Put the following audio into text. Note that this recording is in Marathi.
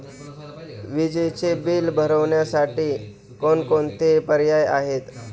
विजेचे बिल भरण्यासाठी कोणकोणते पर्याय आहेत?